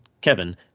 Kevin